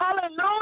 hallelujah